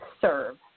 serve